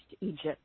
Egypt